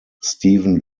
steven